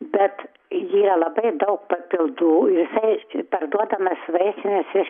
bet jie labai daug papildų jisai parduodamas vaistinėse